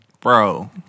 Bro